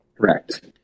Correct